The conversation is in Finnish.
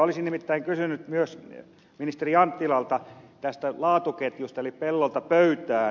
olisin nimittäin kysynyt ministeri anttilalta tästä pellolta pöytään laatuketjusta